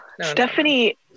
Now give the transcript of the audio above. Stephanie